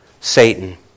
Satan